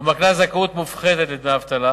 ומקנה זכאות מופחתת לדמי אבטלה.